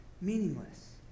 meaningless